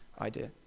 idea